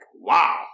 Wow